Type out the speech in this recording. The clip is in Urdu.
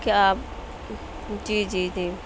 کیا آپ جی جی جی